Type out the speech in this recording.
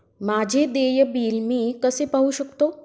माझे देय बिल मी कसे पाहू शकतो?